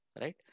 right